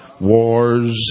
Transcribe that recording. Wars